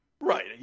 Right